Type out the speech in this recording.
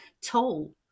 toll